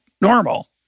normal